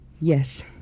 Yes